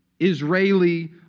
Israeli